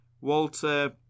Walter